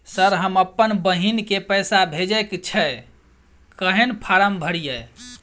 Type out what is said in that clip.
Sir हम अप्पन बहिन केँ पैसा भेजय केँ छै कहैन फार्म भरीय?